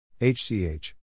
HCH